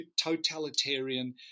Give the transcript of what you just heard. totalitarian